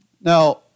Now